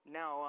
now